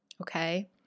okay